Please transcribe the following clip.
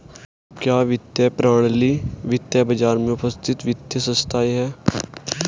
क्या वित्तीय प्रणाली वित्तीय बाजार में उपस्थित वित्तीय संस्थाएं है?